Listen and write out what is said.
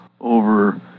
over